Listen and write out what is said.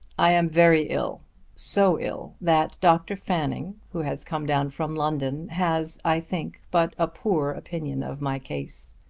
i am very ill so ill that dr. fanning who has come down from london, has, i think, but a poor opinion of my case.